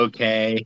Okay